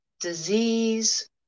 disease